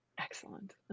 Excellent